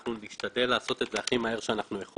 אנחנו נשתדל לעשות את זה הכי מהר שאנחנו יכולים.